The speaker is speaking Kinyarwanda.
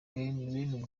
bene